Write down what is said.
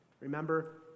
Remember